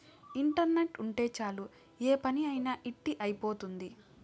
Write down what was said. internet ఉంటే చాలు ఏ పని అయినా ఇట్టి అయిపోతుంది